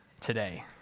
today